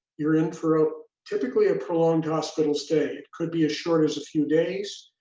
you're in for typically a prolonged hospital stay. it could be as short as a few days,